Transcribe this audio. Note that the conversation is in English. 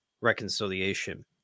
reconciliation